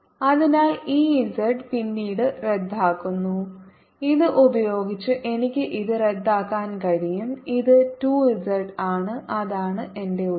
അതിനാൽ ഈ z പിന്നീട് റദ്ദാക്കുന്നു ഇത് ഉപയോഗിച്ച് എനിക്ക് ഇത് റദ്ദാക്കാൻ കഴിയും ഇത് 2 z ആണ് അതാണ് എന്റെ ഉത്തരം